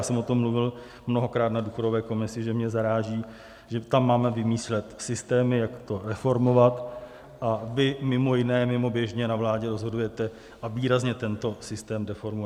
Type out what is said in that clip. Opravdu jsem o tom mluvil mnohokrát na důchodové komisi, že mě zaráží, že tam máme vymýšlet systémy, jak to reformovat, a vy mimo jiné mimoběžně na vládě rozhodujete a výrazně tento systém deformujete.